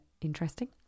interesting